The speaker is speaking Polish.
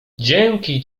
dzięki